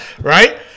right